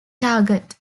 target